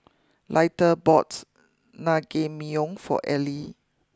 Leitha bought Naengmyeon for Eli